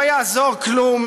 לא יעזור כלום,